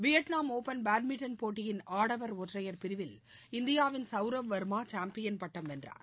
Vietnam open badminton போட்டியின் ஆடவர் ஒற்றையர் பிரிவில் இந்தியாவின் சவ்ரவ் வர்மா சாம்பியன் பட்டம் வென்றார்